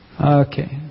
Okay